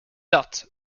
dutt